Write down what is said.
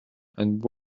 and